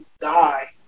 die